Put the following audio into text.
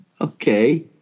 Okay